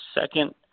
second